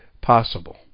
possible